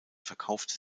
verkaufte